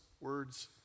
words